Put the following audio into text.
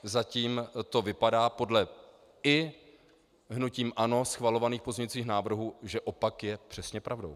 Zatím to vypadá podle i hnutím ANO schvalovaných pozměňovacích návrhů, že opak je přesně pravdou.